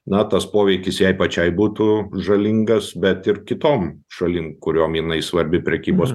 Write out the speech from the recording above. na tas poveikis jai pačiai būtų žalingas bet ir kitom šalim kuriom jinai svarbi prekybos